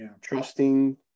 trusting